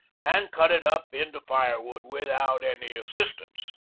and cut it up into firewood without any assistance.